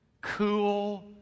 cool